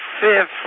fifth